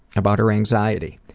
about her anxiety,